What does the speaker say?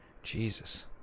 Jesus